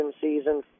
season